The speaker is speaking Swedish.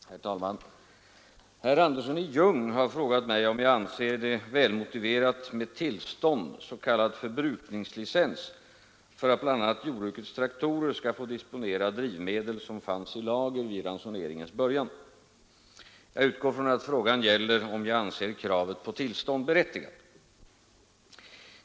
Herr talman! Herr Andersson i Ljung har frågat mig om jag anser det välmotiverat med tillstånd, s.k. förbrukningslicens, för att bl.a. jordbrukets traktorer skall få disponera drivmedel som fanns i lager vid ransoneringens början. Jag utgår från att frågan gäller om jag anser kravet på tillstånd berättigat.